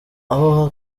aho